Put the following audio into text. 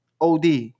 Od